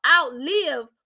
outlive